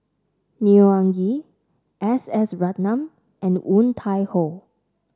Neo Anngee S S Ratnam and Woon Tai Ho